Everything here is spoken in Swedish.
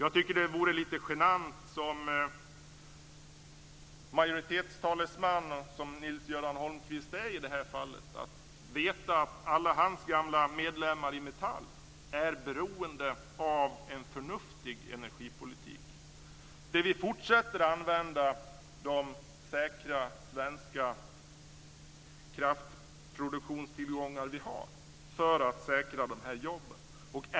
Jag tycker att det skulle vara lite genant för Nils Göran Holmqvist, som är majoritetstalesman i det här fallet, att veta att alla hans gamla medlemmar i Metall är beroende av en förnuftig energipolitik som innebär att vi fortsätter att använda de säkra svenska kraftproduktionstillgångar som vi har för att säkra de här jobben.